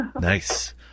Nice